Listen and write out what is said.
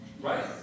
Right